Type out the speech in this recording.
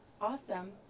awesome